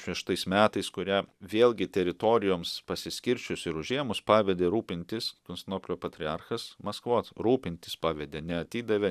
šeštais metais kurią vėlgi teritorijoms pasiskirsčius ir užėmus pavedė rūpintis konstantinopolio patriarchas maskvos rūpintis pavedė ne atidavė